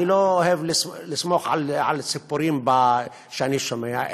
אני לא אוהב לסמוך על הסיפורים שאני שומע,